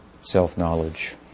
self-knowledge